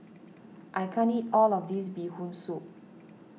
I can't eat all of this Bee Hoon Soup